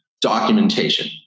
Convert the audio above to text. documentation